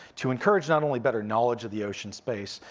to encourage not only better knowledge of the ocean space,